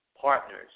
partners